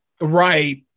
Right